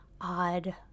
odd